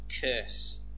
curse